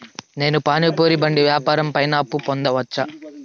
నేను పానీ పూరి బండి వ్యాపారం పైన అప్పు పొందవచ్చా?